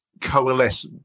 coalesce